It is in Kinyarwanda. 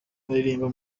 baririmba